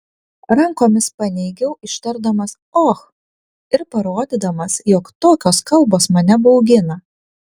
rankomis paneigiau ištardamas och ir parodydamas jog tokios kalbos mane baugina